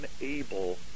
unable